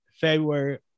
february